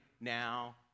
Now